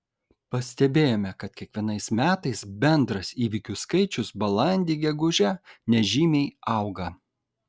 pastebėjome kad kiekvienais metais bendras įvykių skaičius balandį gegužę nežymiai auga